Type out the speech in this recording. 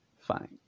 fine